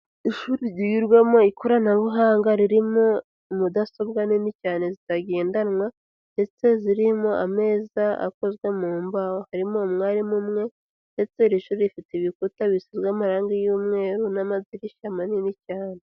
Ishuri ryigirwamo ikoranabuhanga ririmo mudasobwa nini cyane zitagendanwa, ndetse zirimo ameza akozwe mu mbaho. Harimo umwarimu umwe, ndetse iri shuri rifite ibikuta bisizwe amarangi y'umweru n'amadirishya manini cyane.